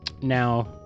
now